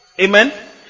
Amen